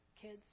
kids